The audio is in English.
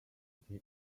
city